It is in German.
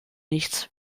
nichts